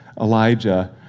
Elijah